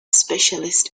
specialist